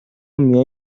میای